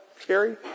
scary